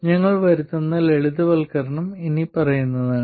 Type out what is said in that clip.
ഞങ്ങൾ വരുത്തുന്ന ലളിതവൽക്കരണം ഇനിപ്പറയുന്നതാണ്